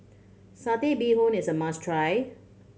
Satay Bee Hoon is a must try